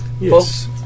Yes